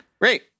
Great